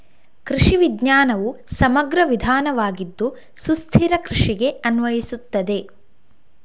ಕೃಷಿ ವಿಜ್ಞಾನವು ಸಮಗ್ರ ವಿಧಾನವಾಗಿದ್ದು ಸುಸ್ಥಿರ ಕೃಷಿಗೆ ಅನ್ವಯಿಸುತ್ತದೆ